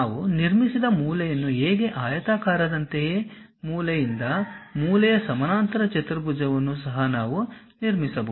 ನಾವು ನಿರ್ಮಿಸಿದ ಮೂಲೆಯನ್ನು ಹೇಗೆ ಆಯತಾಕಾರದಂತೆಯೇ ಮೂಲೆಯಿಂದ ಮೂಲೆಯ ಸಮಾನಾಂತರ ಚತುರ್ಭುಜವನ್ನು ಸಹ ನಾವು ನಿರ್ಮಿಸಬಹುದು